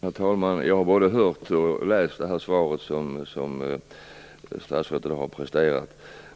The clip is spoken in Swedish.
Herr talman! Jag har både hört och läst det svar som statsrådet i dag har presterat.